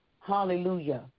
Hallelujah